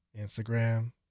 Instagram